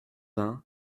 vingt